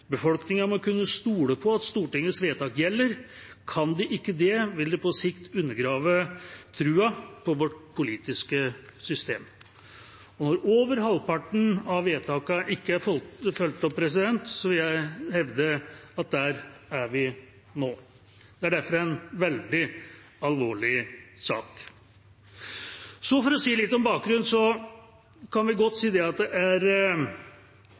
må kunne stole på at Stortingets vedtak gjelder. Kan de ikke det, vil det på sikt undergrave troen på vårt politiske system.» Når over halvparten av vedtakene ikke er fulgt opp, vil jeg hevde at der er vi nå. Det er derfor en veldig alvorlig sak. For å si litt om bakgrunnen: Vi kan godt si at det er fattet for mange anmodningsvedtak i Stortinget. Det er